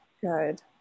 good